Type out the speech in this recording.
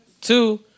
Two